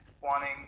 wanting